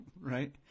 Right